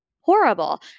horrible